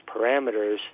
parameters